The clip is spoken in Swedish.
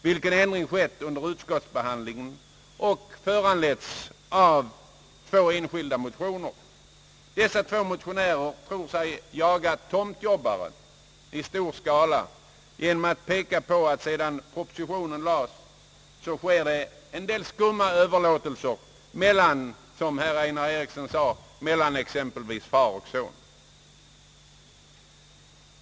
Denna ändring har skett under utskottsbehandlingen och har föranletts av två enskilda motioner. Dessa två motionärer tror sig jaga tomtjobbare i stor skala genom att peka på att det sedan propositionen lades fram sker en del skumma överlåtelser mellan — som herr Einar Eriksson framhöll — exempelvis far och son.